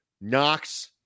Knox